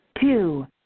Two